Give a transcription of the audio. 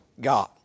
god